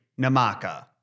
Namaka